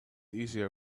easier